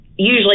usually